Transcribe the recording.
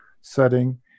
setting